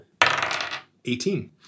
18